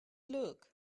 look